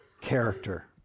character